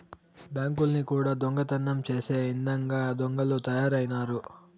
బ్యాంకుల్ని కూడా దొంగతనం చేసే ఇదంగా దొంగలు తయారైనారు